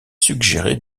suggérer